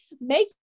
make